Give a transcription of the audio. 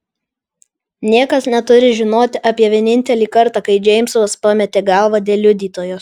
niekas neturi žinoti apie vienintelį kartą kai džeimsas pametė galvą dėl liudytojos